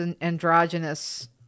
androgynous